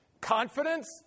confidence